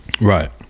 Right